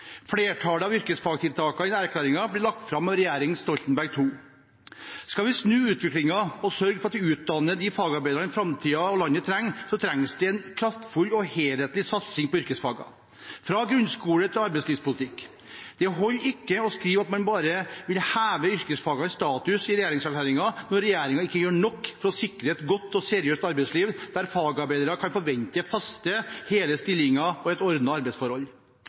Flertallet av yrkesfagtiltakene i erklæringen ble lagt fram av regjeringen Stoltenberg II. Skal vi snu utviklingen og sørge for at vi utdanner de fagarbeiderne framtiden og landet trenger, trengs det en kraftfull og helhetlig satsing på yrkesfagene, fra grunnskolen til arbeidslivspolitikken. Det holder ikke å skrive i regjeringserklæringen at man skal heve yrkesfagenes status, når regjeringen ikke gjør nok for å sikre et godt og seriøst arbeidsliv, der fagarbeidere kan forvente faste, hele stillinger og ordnede arbeidsforhold.